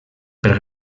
per